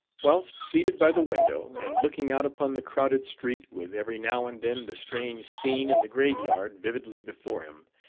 whilst seated by the window, and looking out upon the crowded street, with every now and then the strange scene in the grave-yard vividly before him,